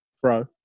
throw